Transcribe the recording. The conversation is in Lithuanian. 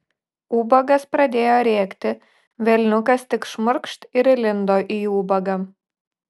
ubagas pradėjo rėkti velniukas tik šmurkšt ir įlindo į ubagą